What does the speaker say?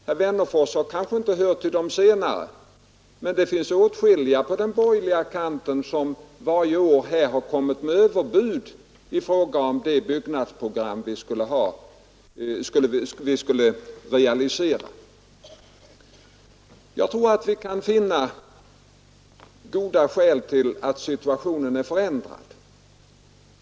Herr Wennerfors har kanske inte hört till de senare, men det finns åtskilliga på den borgerliga kanten som varje år har kommit med överbud i fråga om det byggnadsprogram vi skulle realisera. Vi kan peka på goda skäl till att situationen är förändrad.